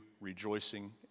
rejoicing